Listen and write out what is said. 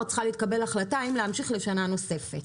צריכה להתקבל החלטה האם להמשיך לשנה נוספת.